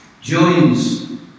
joins